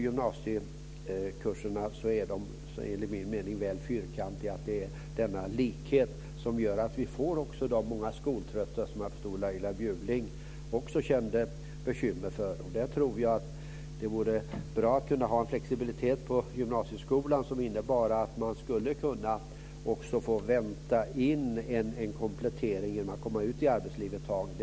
Gymnasiekurserna är enligt min mening väl fyrkantiga. Det är denna likriktning som gör att vi får de många skoltrötta som jag förstod att också Laila Bjurling kände bekymmer för. Jag tror att det vore bra med en flexibilitet på gymnasieskolan som innebar att man skulle kunna få vänta in en komplettering genom att komma ut i arbetslivet ett tag.